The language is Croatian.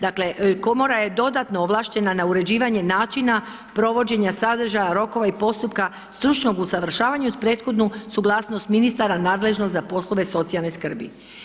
Dakle komora je dodatno ovlaštena na uređivanje načina, provođenja sadržaja, rokova i postupka stručnog usavršavanja uz prethodnu suglasnost ministara nadležnog za poslove socijalne skrbi.